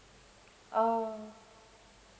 ah